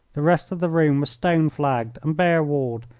the rest of the room was stone-flagged and bare-walled,